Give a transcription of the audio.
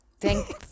thank